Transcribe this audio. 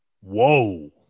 Whoa